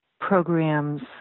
programs